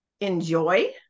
enjoy